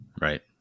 right